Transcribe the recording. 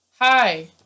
Hi